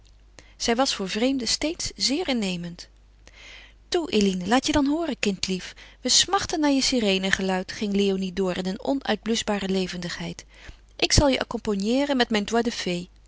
zij was voor vreemden steeds zeer innemend toe eline laat je dan hooren kindlief we smachten naar je sirenengeluid ging léonie door in een onuitbluschbare levendigheid ik zal je accompagneeren met mijn